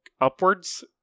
upwards